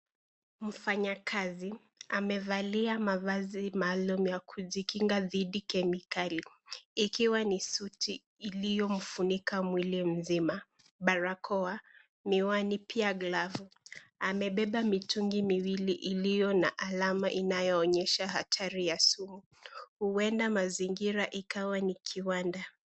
Mfanyakazi, amevalia mavazi maalum ya kujikinga dhidi kemikali. Ikiwa ni suti iliyomfunika mwili mzima, barakoa, miwani pia glavu. Amebeba mitungi miwili iliyo na alama inayoonyesha hatari ya sumu. Hueza ikawa mazingira ni kiwanda.